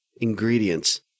ingredients